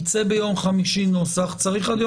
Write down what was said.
ייצא ביום חמישי נוסח צריך עד אז